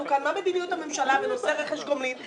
כאן מה מדיניות הממשלה בנושא רכש גומלין.